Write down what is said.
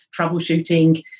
troubleshooting